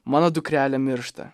mano dukrelė miršta